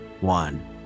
one